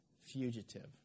fugitive